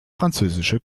französische